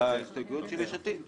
להסתייגויות של יש עתיד.